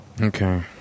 Okay